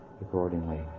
accordingly